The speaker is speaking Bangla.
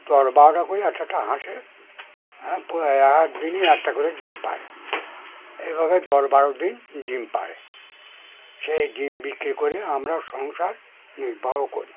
দশ বারোটা করে এক একটা হাঁসে এক দিনই একটা করে ডিম পারে এইভাবে দশ বারো দিন ডিম পারে সেই ডিম বিক্রি করে আমরা সংসার নির্বাহ করি